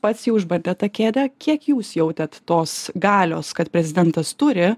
pats jau išbandėt tą kėdę kiek jūs jautėt tos galios kad prezidentas turi